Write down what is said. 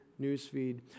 newsfeed